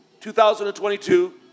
2022